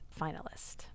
finalist